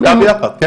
איתה ביחד, כן.